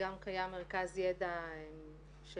גם קיים מרכז ידע שהוקם.